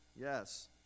yes